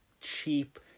cheap